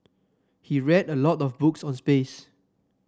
he read a lot of books on space